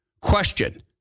Question